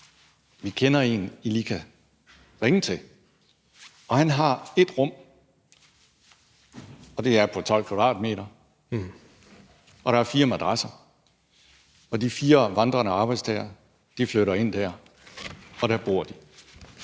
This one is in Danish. Vi kender en, I lige kan ringe til, og han har ét rum, og det er på 12 m², og der er fire madrasser. De fire vandrende arbejdstagere flytter ind der, og der bor de.